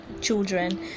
children